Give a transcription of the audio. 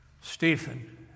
Stephen